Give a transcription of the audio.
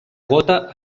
gota